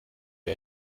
die